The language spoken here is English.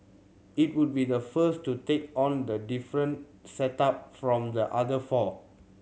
it will be the first to take on the different setup from the other four